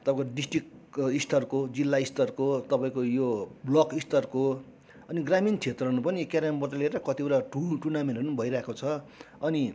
तपाईँको डिस्ट्रिक्ट स्तरको जिल्ला स्तरको तपाईँको यो ब्लक स्तरको अनि ग्रामीण क्षेत्रमा पनि क्यारम बोर्ड लिएर कतिवटा टु टुर्नामेन्टहरू पनि भइरहेको छ अनि